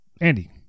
Andy